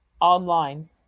online